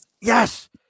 Yes